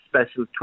Special